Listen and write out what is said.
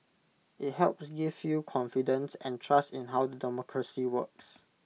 IT helps gives you confidence and trust in how the democracy works